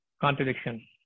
contradiction